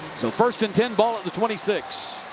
so first and ten. ball at the twenty six.